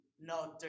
no